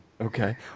Okay